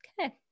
okay